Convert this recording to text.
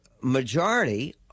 majority